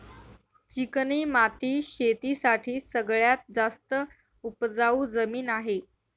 चिकणी माती शेती साठी सगळ्यात जास्त उपजाऊ जमीन आहे